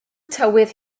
tywydd